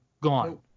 gone